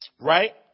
right